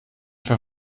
für